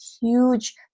huge